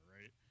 right